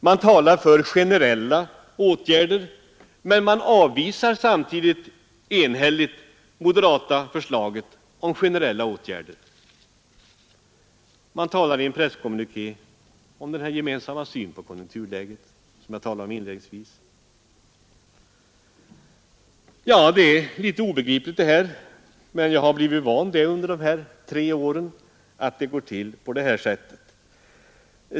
Man talar för generella åtgärder — men avvisar samtidigt enhälligt moderaternas förslag om generella åtgärder. Man talar i en presskommuniké om den gemensamma syn på konjunkturläget som jag berörde inledningsvis. Ja, det är litet svårt att begripa allt detta. Men jag har under de senaste tre åren blivit van vid att det går till på det här sättet.